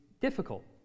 difficult